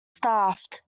staffed